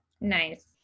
Nice